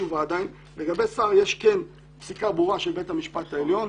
אין לי תשובה עדיין לגבי שר יש פסיקה ברורה של בית המשפט העליון,